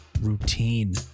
routine